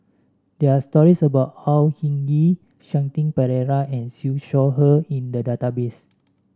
there are stories about Au Hing Yee Shanti Pereira and Siew Shaw Her in the database